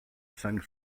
cinq